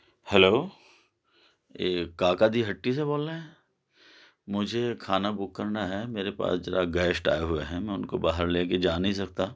hello اے کاکا دی ہٹی سے بول رہے ہیں مجھے کھانا بک کرنا ہے میرے پاس ذرا گیسٹ آئے ہوئے ہیں میں ان کو لے کے جا نہیں سکتا